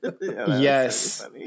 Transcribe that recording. Yes